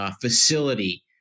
facility